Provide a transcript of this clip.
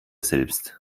selbst